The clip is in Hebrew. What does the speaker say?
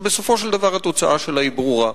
שבסופו של דבר התוצאה שלה ברורה.